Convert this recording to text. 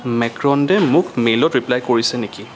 মেকৰণ্ডে মোক মেইলত ৰিপ্লাই কৰিছে নেকি